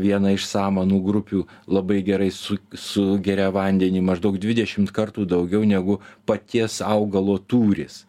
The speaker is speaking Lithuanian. viena iš samanų grupių labai gerai su sugeria vandenį maždaug dvidešimt kartų daugiau negu paties augalo tūris